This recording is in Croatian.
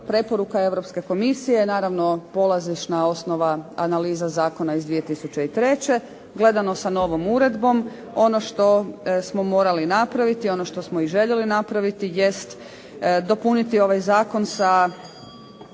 preporuka Europske komisije je naravno polazišna osnova analiza zakona iz 2003. Gledano sa novom uredbom ono što smo morali napraviti, ono što smo i željeli napraviti jest dopuniti postojeći Zakon o